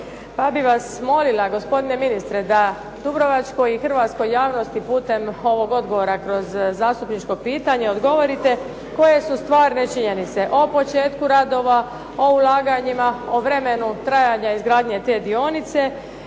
pa bih vas molila gospodine ministre da dubrovačkoj i hrvatskoj javnosti putem ovog odgovora kroz zastupničko pitanje odgovorite koje su stvarne činjenice o početku radova, o ulaganjima, o vremenu trajanja izgradnje te dionice